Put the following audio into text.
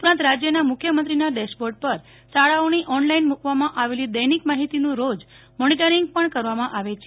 ઉપરાંત રાજ્યના મુખ્યમંત્રીના ડેશબોર્ડ પર શાળાઓની ઓનલાઈન મુકવામાં આવેલી દૈનિક માહીતીનું રોજ મોનિટરીંગ પણ કરવામાં આવે છે